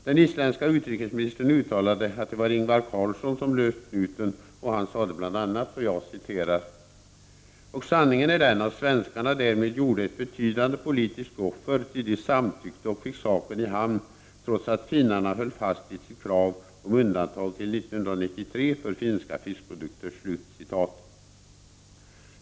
Den isländske utrikesministern uttalade att det var Ingvar Carlsson som löst knuten och han sade bl.a.: ”Och sanningen är den att svenskarna därmed gjorde ett betydande politiskt offer, ty de samtyckte och fick saken i hamn trots att finnarna höll fast vid sina krav om undantag till 1993 för finska fiskprodukter”.